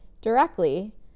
directly